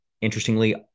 interestingly-